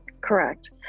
Correct